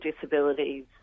disabilities